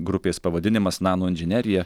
grupės pavadinimas nanoinžinerija